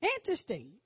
Interesting